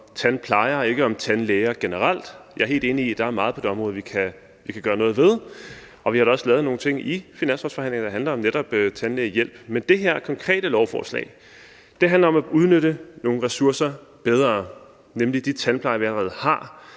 tandplejere og ikke om tandlæger generelt. Jeg er helt enig i, at der er meget på det område, vi kan gøre noget ved, og vi har da også lavet nogle ting i finanslovsforhandlingerne, der handler om netop tandlægehjælp. Men det her konkrete lovforslag handler om at udnytte nogle ressourcer bedre, nemlig de tandplejere, vi allerede har,